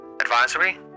Advisory